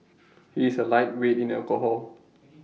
he is A lightweight in alcohol